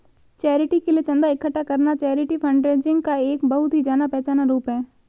charity के लिए चंदा इकट्ठा करना चैरिटी फंडरेजिंग का एक बहुत ही जाना पहचाना रूप है